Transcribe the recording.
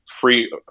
free